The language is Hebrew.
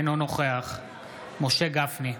אינו נוכח משה גפני,